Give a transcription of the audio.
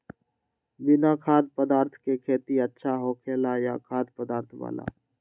बिना खाद्य पदार्थ के खेती अच्छा होखेला या खाद्य पदार्थ वाला?